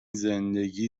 زندگی